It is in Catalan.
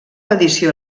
edició